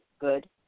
good